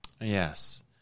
Yes